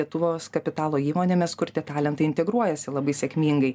lietuvos kapitalo įmonėmis kur tie talentai integruojasi labai sėkmingai